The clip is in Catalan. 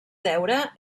deure